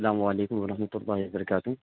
السلام علیکم ورحمۃ اللہ وبرکاتہ